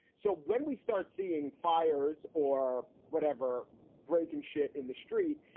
so when we start seeing fires or whatever breaking shit in the street,